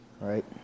Right